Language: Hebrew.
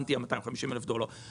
ה-250 אלף דולר לא היו רלוונטיים.